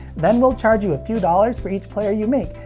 then, we'll charge you a few dollars for each player you make,